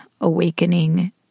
awakening